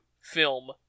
film